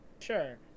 Sure